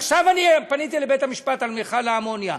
עכשיו אני פניתי לבית-המשפט על מכל האמוניה,